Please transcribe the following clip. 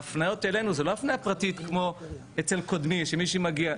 ההפניות אלינו היא לא הפניה פרטית כמו אצל קודמי שמישהי מגיע,